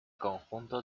conjunto